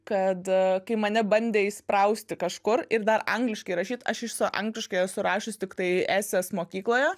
kad kai mane bandė įsprausti kažkur ir dar angliškai rašyt aš iš viso angliškai esu rašius tiktai eses mokykloje